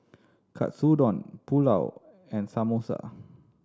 Katsudon Pulao and Samosa